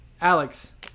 Alex